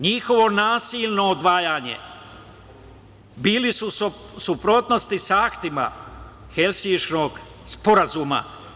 Njihovo nasilno odvajanje bili su u suprotnosti sa aktima Helsinškog sporazuma.